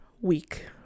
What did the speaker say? week